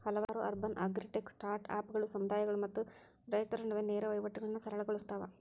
ಹಲವಾರು urban agritech ಸ್ಟಾರ್ಟ್ಅಪ್ಗಳು ಸಮುದಾಯಗಳು ಮತ್ತು ರೈತರ ನಡುವೆ ನೇರ ವಹಿವಾಟುಗಳನ್ನಾ ಸರಳ ಗೊಳ್ಸತಾವ